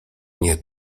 nie